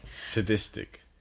Sadistic